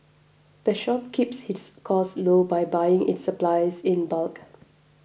the shop keeps its costs low by buying its supplies in bulk